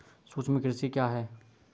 सूक्ष्म कृषि क्या है?